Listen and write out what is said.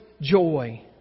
joy